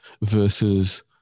versus